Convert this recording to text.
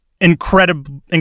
incredible